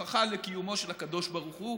הוא הוכחה לקיומו של הקדוש ברוך הוא,